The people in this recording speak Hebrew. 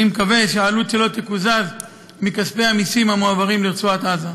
אני מקווה שהעלות שלו תקוזז מכספי המסים המועברים לרצועת עזה.